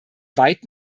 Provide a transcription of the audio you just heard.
weit